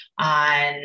on